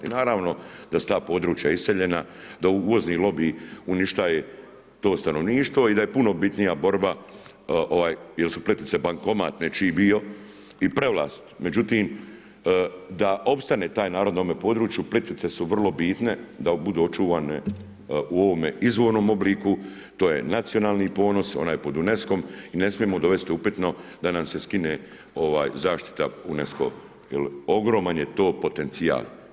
Naravno da su ta područja iseljena, da uvozni lobij, uništaje to stanovništvo i da je puno bitnija borba jer su Plitvice bankomat nečiji bio i prevlast međutim, da opstane taj narod na ovome području, Plitvice su vrlo bitne da budu očuvane u ovome izvornom obliku, to je nacionalni ponos, ona je pod UNESCO-om i ne smijemo dovesti upitno da nam se skine zaštita UNESCO-a jer ogroman to potencijal.